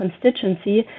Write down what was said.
constituency